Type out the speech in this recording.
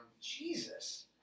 Jesus